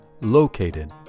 located